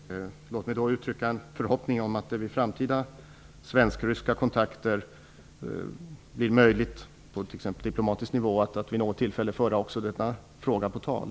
Fru talman! Låt mig då uttrycka en förhoppning om att det vid framtida svensk-ryska kontakter, på t.ex. diplomatisk nivå, blir möjligt att vid något tillfälle också föra denna fråga på tal.